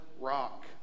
rock